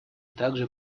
также